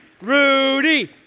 Rudy